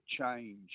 change